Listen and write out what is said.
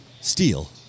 steal